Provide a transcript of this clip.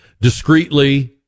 discreetly